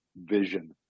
vision